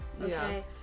okay